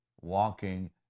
walking